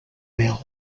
mel